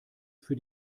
für